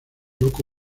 loco